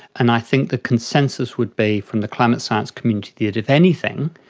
and i think the consensus would be from the climate science community that, if anything,